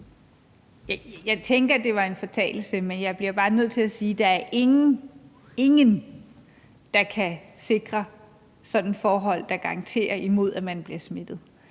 Jeg tænker, det var en fortalelse, men jeg bliver bare nødt til at sige, at ingen – ingen – kan sikre sådanne forhold, der garanterer imod, at man bliver smittet.